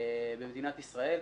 במדינת ישראל.